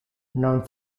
non